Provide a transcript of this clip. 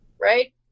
right